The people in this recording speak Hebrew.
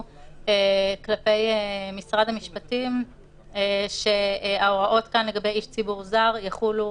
כלפי משרד המשפטים שההוראות כאן לגבי איש ציבור זר יחולו